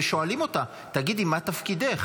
שואלים אותה: תגידי מה תפקידך?